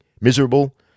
miserable